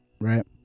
Right